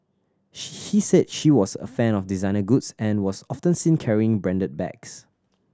he he said she was a fan of designer goods and was often seen carrying branded bags